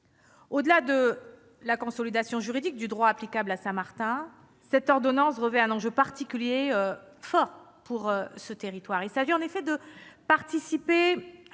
Au-delà de la consolidation juridique du droit applicable à Saint-Martin, l'ordonnance revêt un enjeu particulièrement fort pour ce territoire : il s'agit de contribuer à